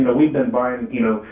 but we've been buying, you know,